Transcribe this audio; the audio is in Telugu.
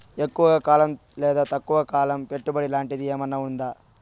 ఎక్కువగా కాలం లేదా తక్కువ కాలం పెట్టుబడి లాంటిది ఏమన్నా ఉందా